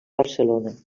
barcelona